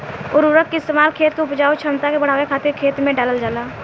उर्वरक के इस्तेमाल खेत के उपजाऊ क्षमता के बढ़ावे खातिर खेत में डालल जाला